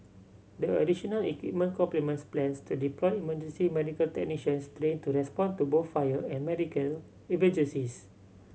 the additional equipment complements plans to deploy emergency medical technicians trained to respond to both fire and medical emergencies